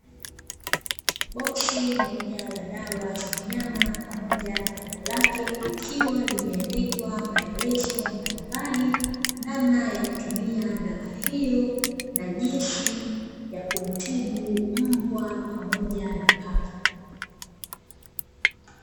Boksi moja la dawa za wanyama pamoja na kopo lake likiwa limeandikwa maelezo mbalimbali namna yakutumia dawa hiyo na jinsi yakutibu mbwa pamoja na paka.